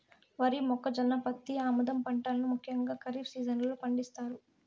వరి, మొక్కజొన్న, పత్తి, ఆముదం పంటలను ముఖ్యంగా ఖరీఫ్ సీజన్ లో పండిత్తారు